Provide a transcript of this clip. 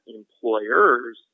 employers